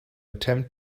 attempt